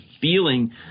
feeling